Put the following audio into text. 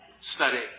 study